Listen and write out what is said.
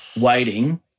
waiting